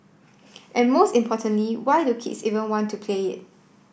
and most importantly why do kids even want to play it